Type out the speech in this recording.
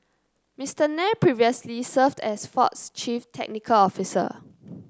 Mister Nair previously served as Ford's chief technical officer